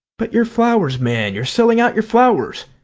but your flowers, man, you're selling out your flowers.